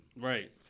Right